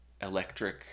electric